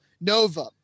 Nova